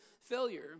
failure